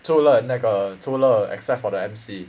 除了那个除了 except for the M_C